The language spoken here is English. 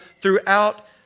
throughout